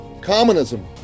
Communism